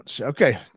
Okay